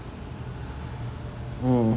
mm